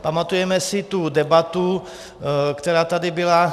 Pamatujeme si tu debatu, která tady byla.